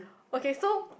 okay so